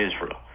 Israel